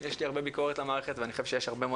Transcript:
שיש הרבה מאוד דברים שצריכים להתנהל אחרת.